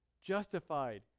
justified